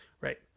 Right